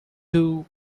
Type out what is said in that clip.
two